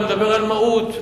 אני מדבר על מהות.